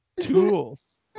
Tools